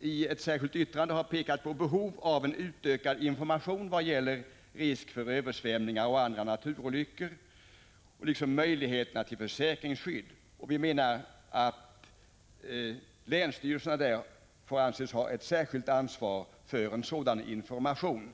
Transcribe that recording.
i ett särskilt yttrande har — 2 juni 1986 pekat på behovet av en utökad information vad gäller risk för översvämningar och andra naturolyckor liksom vad gäller möjligheterna till försäkringsskydd. Vi menar att länsstyrelserna får anses ha ett särskilt ansvar för en sådan information.